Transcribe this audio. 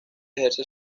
ejerce